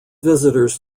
visitors